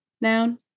noun